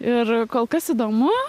ir kol kas įdomu